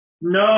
No